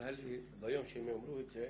נראה לי, ביום שהם יאמרו את זה,